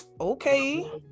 Okay